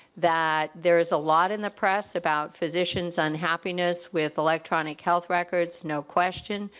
that there's a lot in the press about physicians unhappiness with electronic health records, no question,